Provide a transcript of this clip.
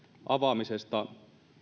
avaamisesta